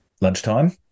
lunchtime